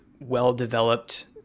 well-developed